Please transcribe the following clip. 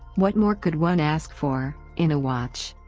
what more could one ask for in a watch?